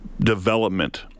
development